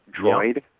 Droid